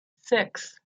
six